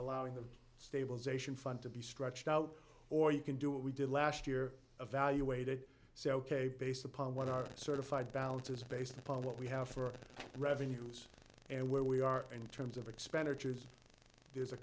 allowing the stabilization fund to be stretched out or you can do what we did last year evaluated so ok based upon what are sort of five balances based upon what we have for revenues and where we are in terms of expenditures there's a